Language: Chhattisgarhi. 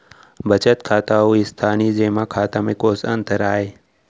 बचत खाता अऊ स्थानीय जेमा खाता में कोस अंतर आय?